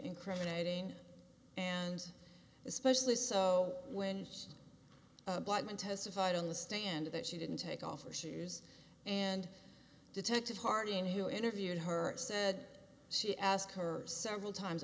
incriminating and especially so when blackman testified on the stand that she didn't take off her shoes and detective harding who interviewed her said she asked her several times